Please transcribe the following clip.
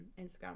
Instagram